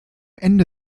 ende